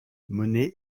monnet